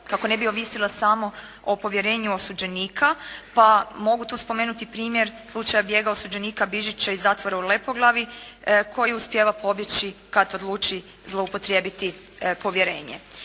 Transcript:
kako ne bi ovisila samo o povjerenju osuđenika, pa mogu tu spomenuti primjer slučaja bijega osuđenika Bižića iz zatvora u Lepoglavi koji uspijeva pobjeći kad odluči zloupotrijebiti povjerenje.